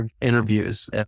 interviews